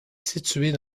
située